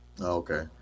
Okay